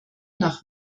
nach